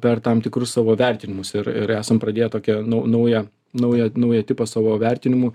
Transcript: per tam tikrus savo vertinimus ir ir esam pradėję tokią nau naują naują naują tipą savo vertinimų